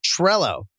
Trello